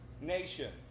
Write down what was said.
nation